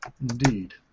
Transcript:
Indeed